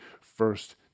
first